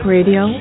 Radio